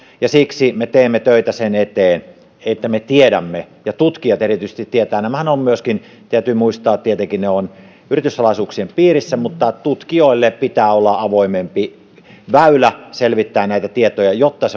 ja siksi me teemme töitä sen eteen että me tiedämme ja erityisesti tutkijat tietävät nämähän ovat myöskin se täytyy muistaa tietenkin yrityssalaisuuksien piirissä mutta tutkijoille pitää olla avoimempi väylä selvittää näitä tietoja jotta